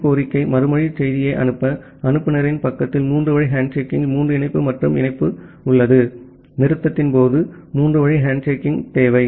B கோரிக்கை மறுமொழி செய்தியை அனுப்ப அனுப்புநரின் பக்கத்தில் மூன்று வழி ஹேண்ட்ஷேக்கிங்கில் மூன்று இணைப்பு மற்றும் இணைப்பு நிறுத்தத்தின் போது மூன்று வழி ஹேண்ட்ஷேக்கிங் தேவை